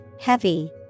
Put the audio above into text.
heavy